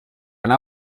una